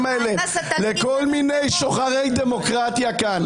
האלה לכל מיני שוחרי דמוקרטיה כאן,